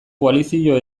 koalizio